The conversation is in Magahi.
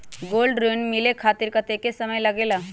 गोल्ड ऋण मिले खातीर कतेइक समय लगेला?